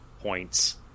points